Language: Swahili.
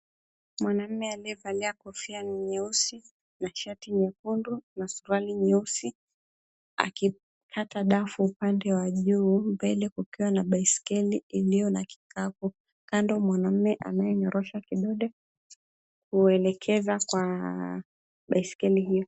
Mwanaume aliyevalia kofia nyeusi na shati nyekundu na suruali nyeusi akikata dafu upande wa juu mbele kukiwa na baiskeli iliyo na kikapu. Kando mwanaume anayenyorosha kidole kuelekeza kwa baiskeli hiyo.